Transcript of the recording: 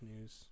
news